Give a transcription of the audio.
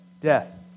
death